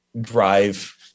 drive